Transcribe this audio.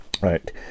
Right